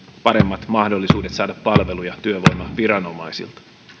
paremmat mahdollisuudet saada palveluja työvoimaviranomaisilta